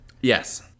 Yes